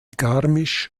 garmisch